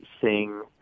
sing